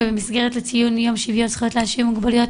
במסגרת לציון יום זכויות לאנשים עם מוגבלויות